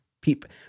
people